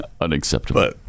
unacceptable